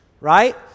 right